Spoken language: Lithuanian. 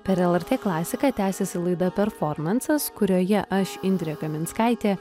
per lrt klasiką tęsiasi laida performansas kurioje aš indrė kaminskaitė